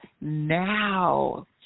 now